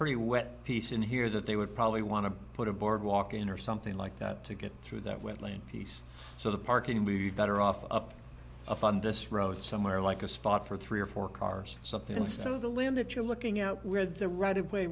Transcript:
pretty wet piece in here that they would probably want to put a boardwalk in or something like that to get through that wetland piece so the parking we better off up upon this road somewhere like a spot for three or four cars something some of the limb that you're looking out where the ri